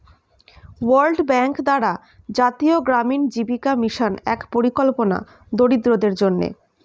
world Bank দ্বারা জাতীয় গ্রামীণ জীবিকা মিশন এক পরিকল্পনা দরিদ্রদের জন্যে